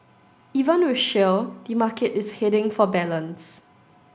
even with shale the market is heading for balance